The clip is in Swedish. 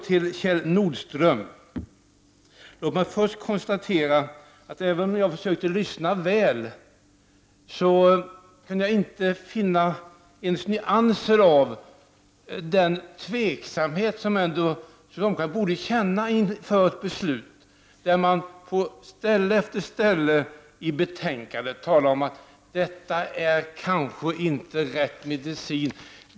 Jag lyssnade mycket noggrant på Kjell Nordström men kunde inte finna ens nyanser av den tveksamhet som han borde känna inför ett beslut i detta ärende, eftersom man på ställe efter ställe i betänkandet talar om att detta kanske inte är rätt medicin.